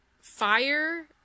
Fire